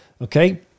Okay